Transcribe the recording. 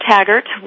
Taggart